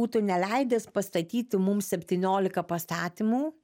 būtų neleidęs pastatyti mums septyniolika pastatymų